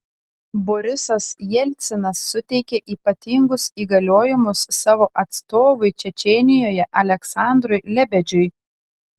borisas jelcinas suteikė ypatingus įgaliojimus savo atstovui čečėnijoje aleksandrui lebedžiui